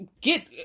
get